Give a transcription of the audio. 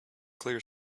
clear